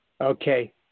Okay